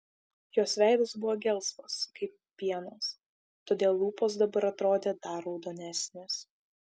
jos veidas buvo gelsvas kaip pienas todėl lūpos dabar atrodė dar raudonesnės